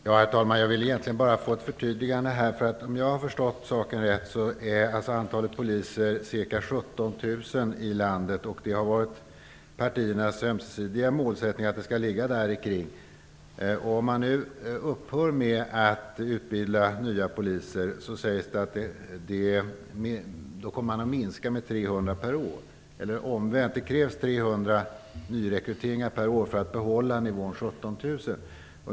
Herr talman! Jag vill egentligen bara få ett förtydligande. Om jag har förstått saken rätt är antalet poliser i landet ca 17 000. Det har varit partiernas ömsesidiga målsättning att antalet skall hålla sig däromkring. Om man nu upphör med att utbilda nya poliser, minskas antalet med 300 per år. Omvänt krävs det 17 000.